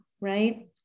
Right